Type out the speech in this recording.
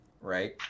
right